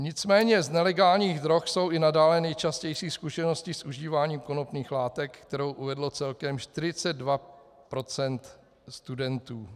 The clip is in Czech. Nicméně z nelegálních drog jsou i nadále nejčastější zkušenosti s užíváním konopných látek, kterou uvedlo celkem 42 % studentů.